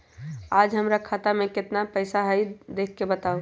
आज हमरा खाता में केतना पैसा हई देख के बताउ?